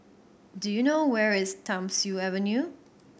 do you know where is Thiam Siew Avenue